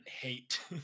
hate